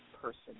person